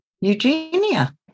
Eugenia